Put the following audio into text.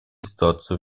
ситуацию